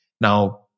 Now